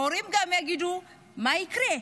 גם ההורים יגידו: מה יקרה?